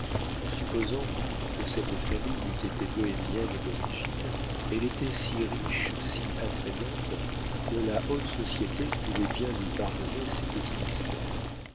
en supposant que cette famille eût été bohémienne d'origine elle était si riche si attrayante que la haute société pouvait bien lui pardonner ses petits mystères